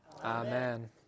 Amen